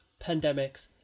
pandemics